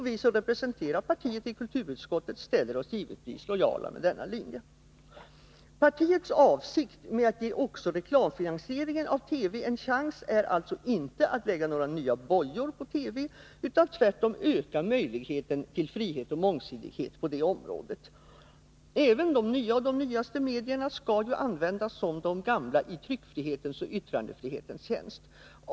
Vi som representerar partiet i kulturutskottet ställer oss givetvis lojala med förespråkarna för denna linje. Partiets avsikt med att ge också reklamfinansieringen av TV en chans är alltså inte att lägga några nya bojor på TV, utan tvärtom att öka möjligheterna för frihet och mångsidighet på detta område. Även de nyaste medierna skall ju användas som de gamla i tryckfrihetens och yttrandefrihetens tjänst.